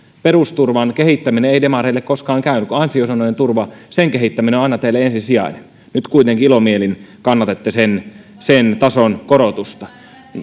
perusturvan kehittäminen ei demareille koskaan käynyt kun ansiosidonnainen turva sen kehittäminen on teille aina ensisijaista nyt kuitenkin ilomielin kannatatte sen sen tason korotusta